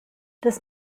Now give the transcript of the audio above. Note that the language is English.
this